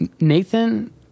Nathan